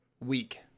week